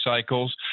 cycles